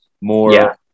More